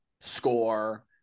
score